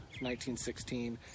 1916